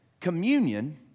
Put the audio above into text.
Communion